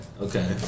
Okay